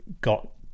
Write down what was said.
got